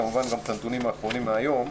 וכמובן גם את הנתונים האחרונים מהיום,